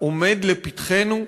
עומד לפתחנו,